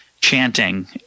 chanting